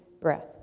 breath